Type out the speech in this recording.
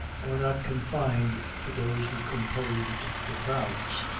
were not confined to those who composed the crowds.